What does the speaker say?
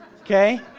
Okay